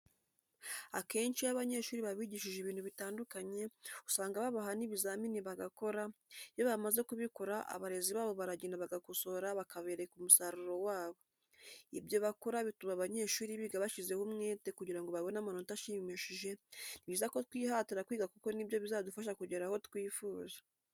Akenshi iyo abanyeshuri babigishije ibintu bitandukanye usanga babaha n'ibizamini bagakora, iyo bamaze kubikora abarezi babo baragenda bagakosora bakabereka umusaruro wabo, ibyo bakora bituma abanyeshuri biga bashyizeho umwete kugira ngo babone amanota ashimishije, ni byiza ko twihatira kwiga kuko ni byo bizadufasha kugera aho twifuza.